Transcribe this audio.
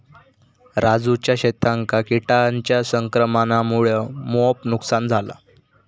राजूच्या शेतांका किटांच्या संक्रमणामुळा मोप नुकसान झाला